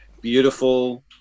beautiful